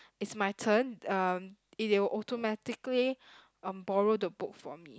it's my turn um they will automatically um borrow the book for me